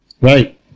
Right